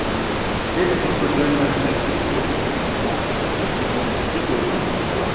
ए हजुर त्यही त त्यसको जोइन गर्नुको लागि के उयो गर्नुपर्छ होला हौ त्यो जिमको लागि के के गर्नुपर्छ होला हौ